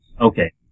Okay